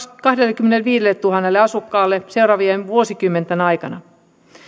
kahdellekymmenelleviidelletuhannelle asukkaalle seuraavien vuosikymmenten aikana